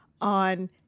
on